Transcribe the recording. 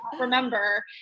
Remember